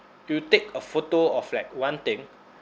you take a photo of like one thing